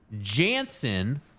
Jansen